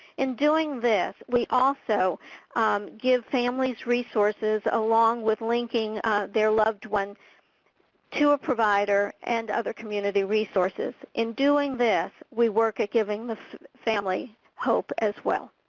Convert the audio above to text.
in doing this, we also give families resources along with linking their loved ones to a provider and other community resources. in doing this, we work at giving families hope as well.